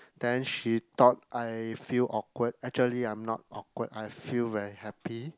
then she thought I feel awkward actually I'm not awkward I feel very happy